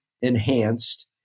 enhanced